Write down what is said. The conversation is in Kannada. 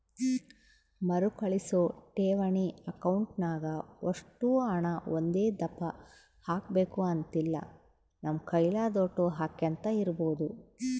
ಮರುಕಳಿಸೋ ಠೇವಣಿ ಅಕೌಂಟ್ನಾಗ ಒಷ್ಟು ಹಣ ಒಂದೇದಪ್ಪ ಹಾಕ್ಬಕು ಅಂತಿಲ್ಲ, ನಮ್ ಕೈಲಾದೋಟು ಹಾಕ್ಯಂತ ಇರ್ಬೋದು